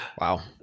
Wow